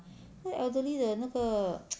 他 elderly 的那个